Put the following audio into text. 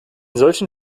solchen